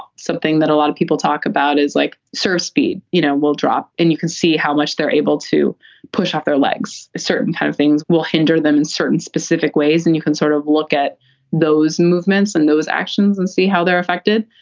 something that a lot of people talk about is like, sir speed, you know, we'll drop and you can see how much they're able to push up their legs a certain kind of things will hinder them in certain specific ways. and you can sort of look at those movements and those actions and see how they're affected.